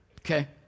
Okay